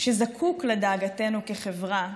שזקוק לדאגתנו כחברה,